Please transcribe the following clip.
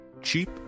cheap